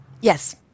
Yes